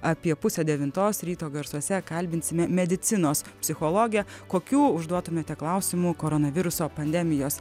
apie pusę devintos ryto garsuose kalbinsime medicinos psichologę kokių užduotumėte klausimų koronaviruso pandemijos